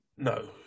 No